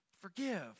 Forgive